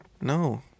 No